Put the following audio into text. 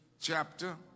chapter